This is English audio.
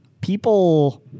people